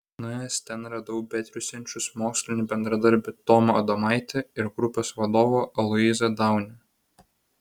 nuėjęs ten radau betriūsiančius mokslinį bendradarbį tomą adomaitį ir grupės vadovą aloyzą daunį